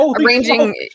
arranging